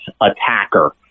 attacker